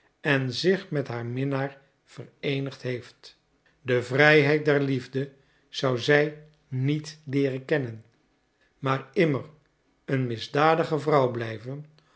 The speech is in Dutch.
en zich met haar minnaar vereenigd heeft de vrijheid der liefde zou zij niet leeren kennen maar immer een misdadige vrouw blijven